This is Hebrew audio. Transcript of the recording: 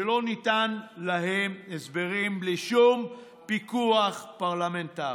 שלא ניתנו להם הסברים, בלי שום פיקוח פרלמנטרי,